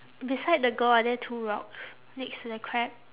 beside the girl are there two rocks next to the crab